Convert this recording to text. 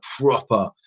proper